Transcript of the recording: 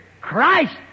Christ